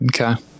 Okay